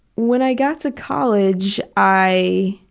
when i got to college i